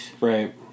right